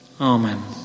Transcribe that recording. amen